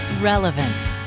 Relevant